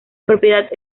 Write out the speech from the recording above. propiedad